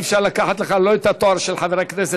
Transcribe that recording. אי-אפשר לקחת לך לא את התואר של חבר הכנסת,